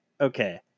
okay